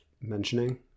mentioning